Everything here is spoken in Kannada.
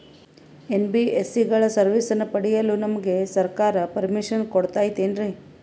ಎನ್.ಬಿ.ಎಸ್.ಸಿ ಗಳ ಸರ್ವಿಸನ್ನ ಪಡಿಯಲು ನಮಗೆ ಸರ್ಕಾರ ಪರ್ಮಿಷನ್ ಕೊಡ್ತಾತೇನ್ರೀ?